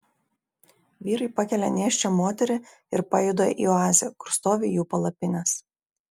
vyrai pakelia nėščią moterį ir pajuda į oazę kur stovi jų palapinės